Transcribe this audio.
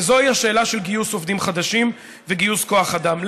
וזוהי השאלה של גיוס עובדים חדשים וגיוס כוח אדם.